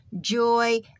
joy